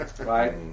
Right